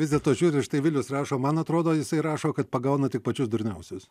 vis dėlto žiūri ir štai vilius rašo man atrodo jisai rašo kad pagauna tik pačius durniausius